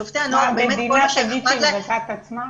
שופטי הנוער זה --- המדינה תגיד שהיא מבזה את עצמה?